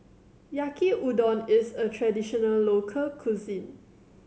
Yaki Udon is a traditional local cuisine